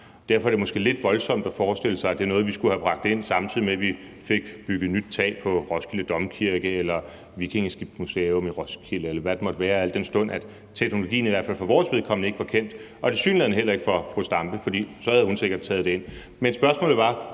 Derfor er det måske lidt voldsomt at forestille sig, at det er noget, vi skulle have bragt ind, samtidig med at vi fik bygget nyt tag på Roskilde Domkirke eller Vikingeskibsmuseet i Roskilde, eller hvad det måtte være, al den stund at teknologien i hvert fald for vores vedkommende ikke var kendt og tilsyneladende heller ikke for fru Zenia Stampe. For så havde hun sikkert taget det med ind. Men spørgsmålet var: